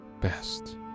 best